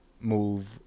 move